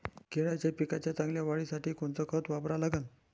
केळाच्या पिकाच्या चांगल्या वाढीसाठी कोनचं खत वापरा लागन?